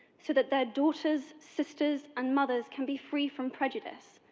so that their daughters, sisters, and mothers can be free from prejudice.